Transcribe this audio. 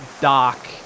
dock